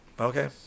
Okay